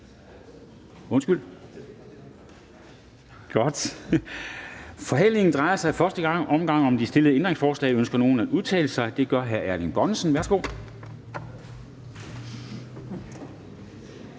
Kristensen): Forhandlingen drejer sig i første omgang om de stillede ændringsforslag. Ønsker nogen at udtale sig? Det gør hr. Erling Bonnesen. Værsgo.